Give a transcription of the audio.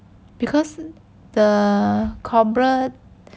because the cobbler